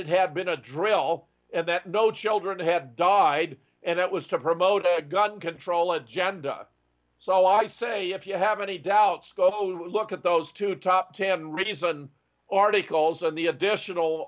it had been a drill and that no children had died and it was to promote a gun control agenda so i say if you have any doubts go look at those two top ten reason already calls on the additional